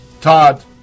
Todd